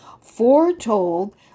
foretold